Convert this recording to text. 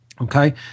Okay